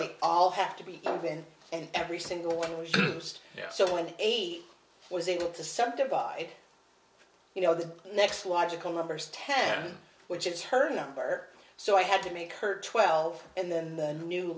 they're all have to be open and every single one was just so and eight was able to subdivide you know the next logical numbers ten which is her number so i had to make her twelve and then the new